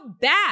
bad